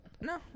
No